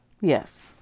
Yes